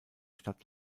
stadt